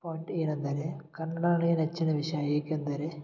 point ಏನಂದರೆ ಕನ್ನಡಾನೇ ನೆಚ್ಚಿನ ವಿಷಯ ಏಕೆಂದರೆ